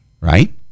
Right